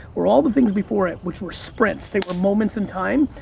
or all the things before it, which were sprints. they were moments in time.